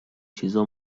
چیزا